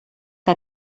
que